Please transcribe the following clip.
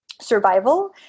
survival